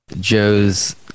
joe's